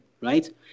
right